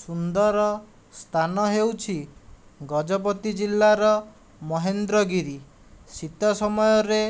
ସୁନ୍ଦର ସ୍ଥାନ ହେଉଛି ଗଜପତି ଜିଲ୍ଲାର ମହେନ୍ଦ୍ରଗିରି ଶୀତ ସମୟରେ